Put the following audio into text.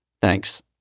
Thanks